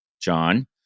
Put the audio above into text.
John